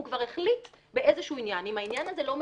הוא כבר החליט באיזשהו עניין אם העניין הזה לא מקוים,